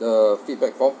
the feedback form